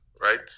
right